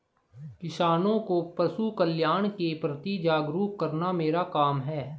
किसानों को पशुकल्याण के प्रति जागरूक करना मेरा काम है